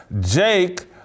Jake